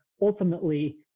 ultimately